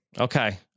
Okay